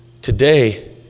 Today